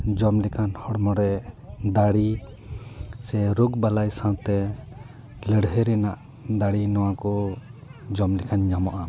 ᱡᱚᱢ ᱞᱮᱠᱷᱟᱱ ᱦᱚᱲᱢᱚ ᱨᱮ ᱫᱟᱲᱮ ᱥᱮ ᱨᱳᱜᱽ ᱵᱟᱞᱟᱭ ᱥᱟᱶᱛᱮ ᱞᱟᱹᱲᱦᱟᱹᱭ ᱨᱟᱱᱟᱜ ᱫᱟᱲᱮ ᱢᱚᱣᱟ ᱠᱚ ᱡᱚᱢ ᱞᱮᱠᱷᱟᱱ ᱧᱟᱢᱚᱜᱼᱟ